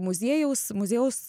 muziejaus muziejaus